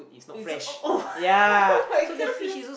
it's a oh [oh]-my-god they're